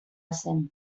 zen